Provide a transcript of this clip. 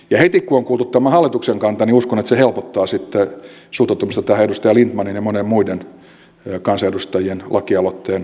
ja heti kun on kuultu tämä hallituksen kanta niin uskon että se helpottaa sitten suhtautumista tähän edustaja lindtmanin ja monien muiden kansanedustajien lakialoitteen käsittelyyn